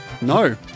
no